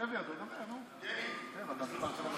יבגני,